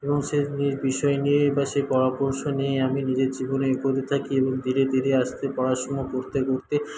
এবং সে বিষয় নিয়ে বা সে পরামর্শ নিয়ে আমি নিজের জীবনে এগোতে থাকি এবং ধীরে ধীরে আস্তে পড়াশুনো করতে করতে